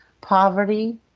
poverty